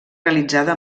realitzada